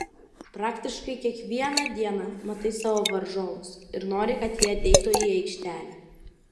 praktiškai kiekvieną dieną matai savo varžovus ir nori kad jie ateitų į aikštelę